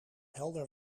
helder